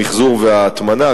המיחזור וההטמנה,